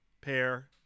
pair